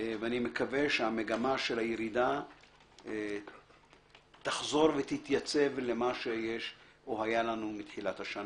ואני מקווה שמגמת הירידה תחזור ותתייצב למה שיש או היה לנו מתחילת השנה.